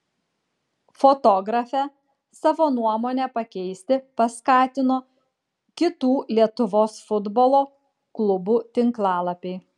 fotografę savo nuomonę pakeisti paskatino kitų lietuvos futbolo klubų tinklalapiai